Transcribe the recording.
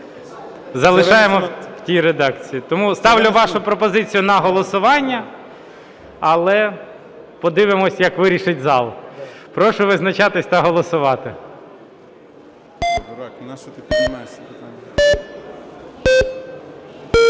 залишаємо в тій редакції. Тому ставлю вашу пропозицію на голосування, але подивимося, як вирішить зал. Прошу визначатись та голосувати.